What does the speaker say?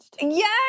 Yes